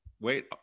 Wait